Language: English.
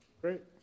Great